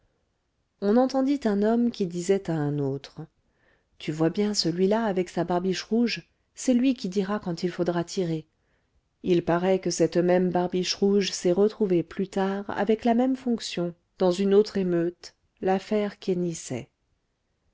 on entendit un homme qui disait à un autre tu vois bien celui-là avec sa barbiche rouge c'est lui qui dira quand il faudra tirer il paraît que cette même barbiche rouge s'est retrouvée plus tard avec la même fonction dans une autre émeute l'affaire